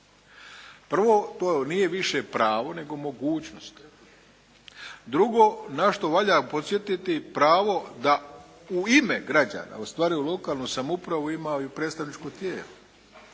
Prvo, to nije više pravo nego mogućnost. Drugo na što valja podsjetiti pravo da u ime građana ostvaruju lokalnu samoupravu ima i predstavničko tijelo.